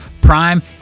Prime